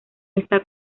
está